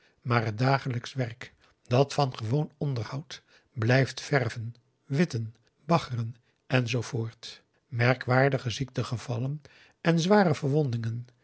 maar het dagelijksch werk dat van gewoon onderhoud blijft verven witten baggeren enzoovoort merkwaardige ziektegevallen en zware verwondingen